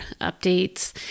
updates